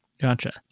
Gotcha